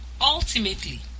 Ultimately